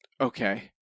Okay